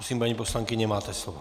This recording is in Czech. Prosím, paní poslankyně, máte slovo.